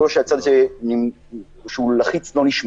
גורם לכך שקולו של הצד הלחיץ לא נשמע.